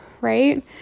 right